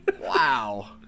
Wow